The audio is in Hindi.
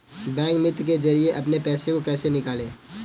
बैंक मित्र के जरिए अपने पैसे को कैसे निकालें?